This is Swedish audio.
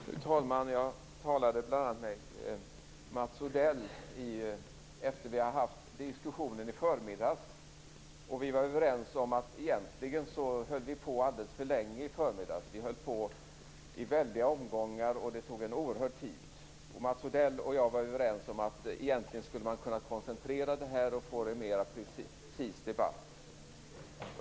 Fru talman! Jag talade bl.a. med Mats Odell efter det att vi hade haft diskussionen i förmiddags. Vi var överens om att vi egentligen höll på alldeles för länge. Vi höll på i väldiga omgångar, och det tog en oerhörd tid. Mats Odell och jag var överens om att man egentligen skulle ha kunnat koncentrera debatten och fått den mera precis.